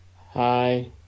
Hi